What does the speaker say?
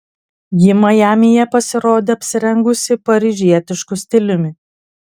ji majamyje pasirodė apsirengusi paryžietišku stiliumi